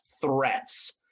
threats